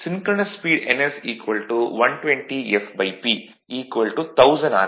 synchronous speed ns 120 fP 1000 R